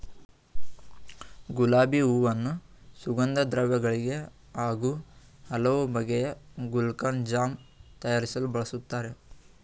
ಗುಲಾಬಿ ಹೂವನ್ನು ಸುಗಂಧದ್ರವ್ಯ ಗಳಿಗೆ ಹಾಗೂ ಹಲವು ಬಗೆಯ ಗುಲ್ಕನ್, ಜಾಮ್ ತಯಾರಿಸಲು ಬಳ್ಸತ್ತರೆ